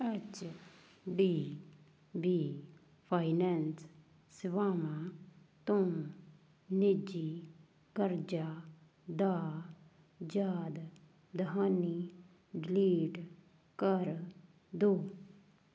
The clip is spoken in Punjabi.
ਐਚ ਡੀ ਬੀ ਫਾਈਨੈਂਸ ਸੇਵਾਵਾਂ ਤੋਂ ਨਿੱਜੀ ਕਰਜ਼ਾ ਦਾ ਯਾਦ ਦਹਾਨੀ ਡਿਲੀਟ ਕਰ ਦੋ